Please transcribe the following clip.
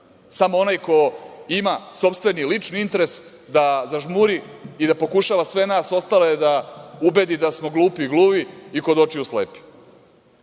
Samo onaj ko ima sopstveni lični interes da zažmuri i da pokušava sve nas ostale da ubedi da smo glupi i gluvi i kod očiju slepi. Šta